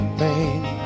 pain